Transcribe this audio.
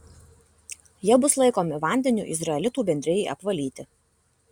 jie bus laikomi vandeniu izraelitų bendrijai apvalyti